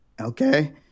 Okay